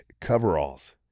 coveralls